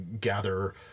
gather